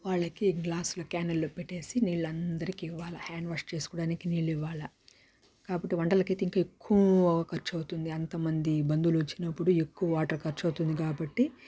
వాళ్ళకి గ్లాసులు కానల్లో పట్టేసి నీళ్ళు అందరికీ ఇవ్వాల హ్యాండ్ వాష్ చేసుకోవడానికి నీళ్ళు ఇవ్వాల కాబట్టి వంటలకయితే ఇంకా ఎక్కువ ఖర్చు అవుతుంది అంతమంది బంధువులు వచ్చినప్పుడు ఎక్కువ వాటర్ ఖర్చు అవుతుంది కాబట్టి